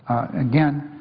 again,